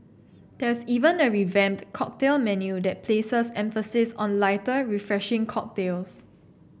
there's even a revamped cocktail menu that places emphasis on lighter refreshing cocktails